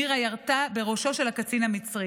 מירה ירתה בראשו של הקצין המצרי.